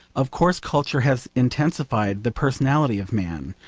of course, culture has intensified the personality of man.